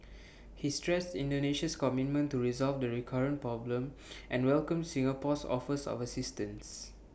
he stressed Indonesia's commitment to resolve the recurrent problem and welcomed Singapore's offers of assistance